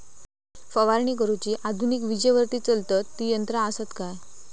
फवारणी करुची आधुनिक विजेवरती चलतत ती यंत्रा आसत काय?